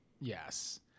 yes